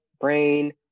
brain